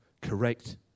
correct